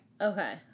Okay